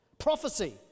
prophecy